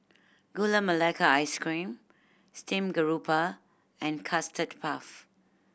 Gula Melaka Ice Cream steamed grouper and Custard Puff